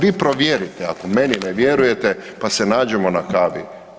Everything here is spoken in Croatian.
Vi provjerite ako meni ne vjerujete, pa se nađemo na kavi.